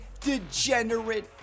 degenerate